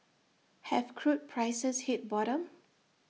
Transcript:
have crude prices hit bottom